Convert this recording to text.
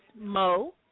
Mo